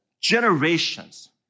generations